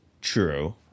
true